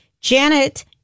Janet